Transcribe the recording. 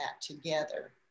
together